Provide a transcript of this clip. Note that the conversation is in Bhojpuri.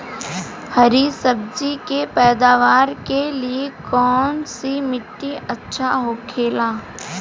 हरी सब्जी के पैदावार के लिए कौन सी मिट्टी अच्छा होखेला?